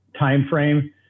timeframe